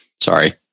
Sorry